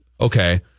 okay